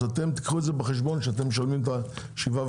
אז תיקחו את זה בחשבון כשאתם משלמים את ה-7.5%.